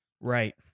Right